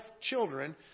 children